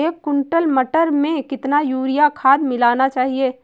एक कुंटल मटर में कितना यूरिया खाद मिलाना चाहिए?